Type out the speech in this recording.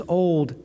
old